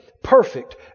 Perfect